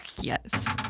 Yes